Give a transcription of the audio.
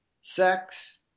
sex